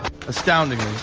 astoundingly,